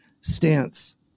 stance